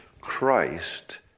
Christ